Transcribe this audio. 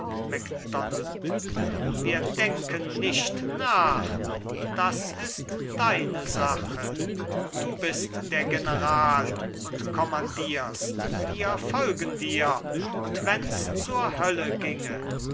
macdonald wir denken nicht nach das ist deine sache du bist der general und kommandierst wir folgen dir und wenns zur hölle ginge